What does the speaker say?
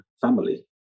family